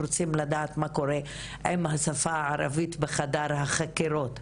אנחנו רוצים לדעת מה קורה עם השפה הערבית בחדר החקירות,